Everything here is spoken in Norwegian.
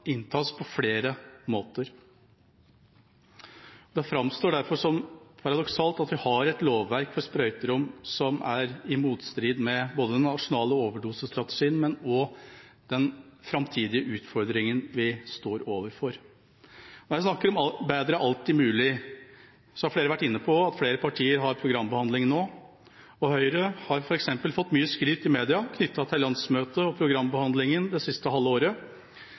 inntas på flere måter. Det framstår derfor som paradoksalt at vi har et lovverk for sprøyterom som står i motstrid til både den nasjonale overdosestrategien og den framtidige utfordringen vi står overfor. Når jeg snakker om at bedre er alltid mulig, har flere vært inne på at flere partier har programbehandling nå, og Høyre har f.eks. fått mye skryt i media knyttet til landsmøtet og programbehandlingen det siste halve året.